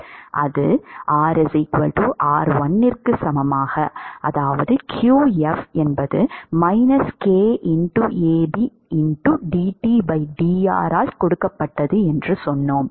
அது rr 1 க்கு சமமாக qf K dTdr ஆல் கொடுக்கப்பட்டது என்று சொன்னோம்